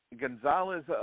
Gonzalez